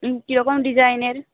কীরকম ডিজাইনের